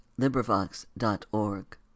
LibriVox.org